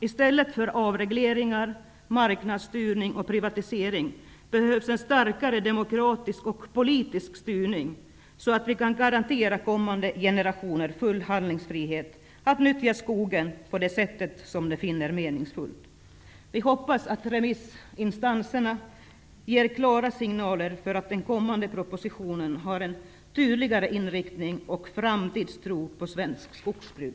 I stället för avregleringar, marknadsstyrning och privatisering, behövs en starkare demokratisk och politisk styrning, så att vi kan garantera kommande generationer full handlingsfrihet att nyttja skogen på det sätt som de finner meningsfullt. Vi hoppas att remissinstanserna ger klara signaler så att den kommande propositionen har en tydligare inriktning och framtidstro på svensk skogsbruk.